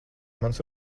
mans